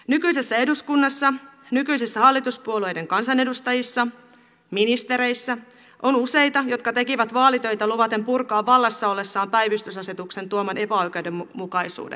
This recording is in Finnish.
nykyisessä eduskunnassa nykyisissä hallituspuolueiden kansanedustajissa ministereissä on useita jotka tekivät vaalitöitä luvaten purkaa vallassa ollessaan päivystysasetuksen tuoman epäoikeudenmukaisuuden